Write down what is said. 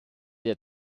der